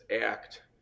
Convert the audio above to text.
act